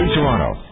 Toronto